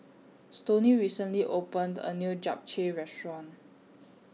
Stoney recently opened A New Japchae Restaurant